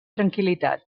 tranquil·litat